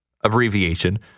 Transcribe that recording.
abbreviation